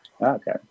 Okay